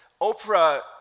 Oprah